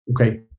okay